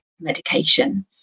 medication